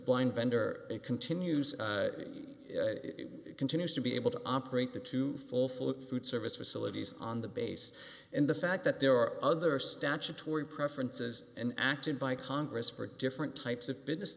blind vendor continues continues to be able to operate the to fulfill it food service facilities on the base and the fact that there are other statutory preferences and acted by congress for different types of business